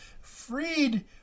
Freed